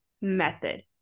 method